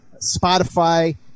Spotify